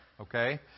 okay